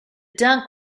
dunk